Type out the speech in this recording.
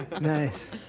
Nice